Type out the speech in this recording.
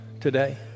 today